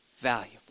valuable